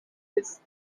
his